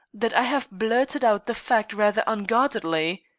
that i have blurted out the fact rather unguardedly.